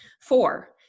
Four